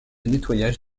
nettoyage